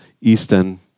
Eastern